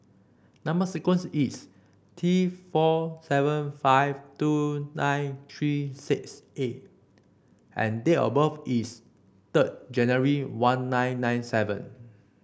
number sequence is T four seven five two nine three six A and date of birth is third January one nine nine seven